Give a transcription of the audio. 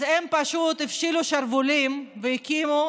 אז הם פשוט הפשילו שרוולים והקימו,